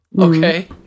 okay